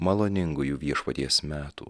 maloningųjų viešpaties metų